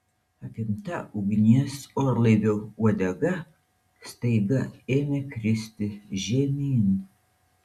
apimta ugnies orlaivio uodega staiga ėmė kristi žemyn